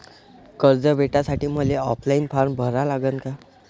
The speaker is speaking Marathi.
कर्ज भेटासाठी मले ऑफलाईन फारम भरा लागन का?